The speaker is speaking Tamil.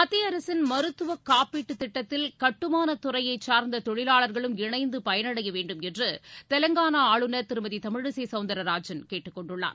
மத்தியஅரசின் மருத்துவகாப்பீட்டுத் திட்டத்தில் கட்டுமானத் துறையைச் சாா்ந்ததொழிலாளா்களும் இணைந்தபயனடையவேண்டும் என்றுதெலுங்கானாஆளுநர் திருமதிதமிழிசைசவுந்திரராஜன் கேட்டுக்கொண்டுள்ளார்